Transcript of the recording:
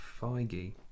Feige